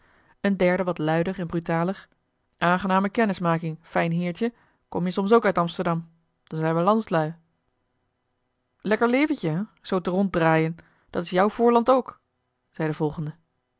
een derde wat luider en brutaler aangename kennismaking fijn heertje kom je soms ook uit amsterdam dan zijn we landslui lekker leventje hè zoo te rond draaien dat is jouw voorland ook zei de volgende